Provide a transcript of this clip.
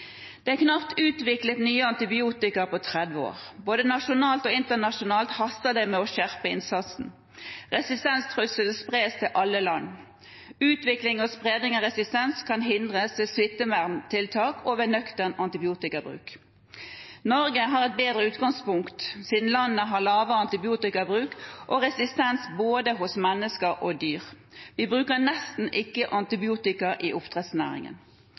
Det er knapt utviklet nye antibiotika på 30 år. Både nasjonalt og internasjonalt haster det med å skjerpe innsatsen. Resistenstrusselen spres til alle land. Utvikling og spredning av resistens kan hindres ved smitteverntiltak og ved nøktern antibiotikabruk. Norge har et bedre utgangspunkt siden landet har lavere antibiotikabruk og -resistens både hos mennesker og dyr. Vi bruker nesten ikke antibiotika i oppdrettsnæringen.